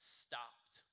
stopped